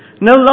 No